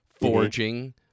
Forging